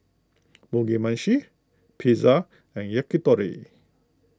Mugi Meshi Pizza and Yakitori